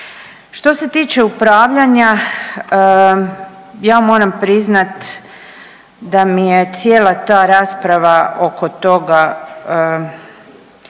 Što se tiče upravljanja ja moram priznat da mi je cijela ta rasprava oko toga